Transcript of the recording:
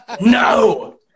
No